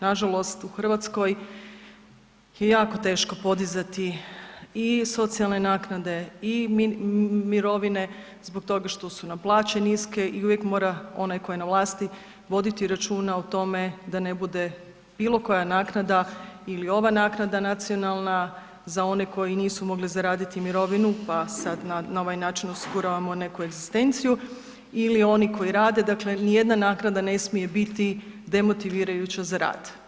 Nažalost u Hrvatskoj je jako teško podizati i socijalne naknade i mirovine zbog toga što su nam plaće niske i uvijek mora onaj koji je na vlasti, voditi računa o tome da ne bude bilokoja naknada ili ova naknada nacionalna za one koji nisu mogli zaraditi mirovinu pa sad na ovaj način osiguravamo neku egzistenciju ili oni koji rade, dakle nijedna naknada ne smije biti demotivirajuća za rad.